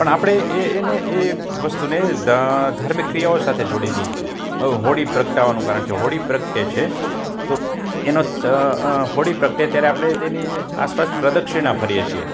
પણ આપણે એ એને એ વસ્તુને ધા ધાર્મિક ક્રિયાઓ સાથે જોડી દીધી છે હવે પ્રગટાવાનું કારણ છે હોળી પ્રગટે છે તો એનો હોળી પ્રગટે ત્યારે આપણે તેની આસપાસ પ્રદક્ષિણા ફરીએ છીએ